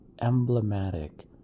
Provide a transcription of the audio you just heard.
emblematic